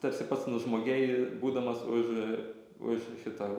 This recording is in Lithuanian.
tarsi pats nužmogėji būdamas už už šito